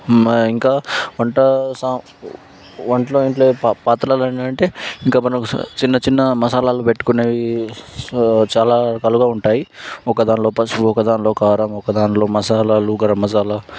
ఇంకా వంట సామ్ వంటయింట్లో పాత్రలు ఏంటంటే ఇంకా మనం చిన్న చిన్న మసాలాలు పెట్టుకునేవి చాలా రకాలుగా ఉంటాయి ఒక దాంట్లో పసుపు ఒక దాంట్లో కారం ఒకదాంట్లో మసాలాలు గరం మసాలా